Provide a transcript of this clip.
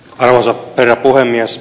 arvoisa herra puhemies